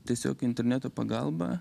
tiesiog interneto pagalba